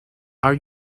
are